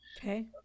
Okay